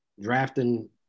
drafting